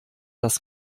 das